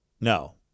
No